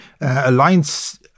Alliance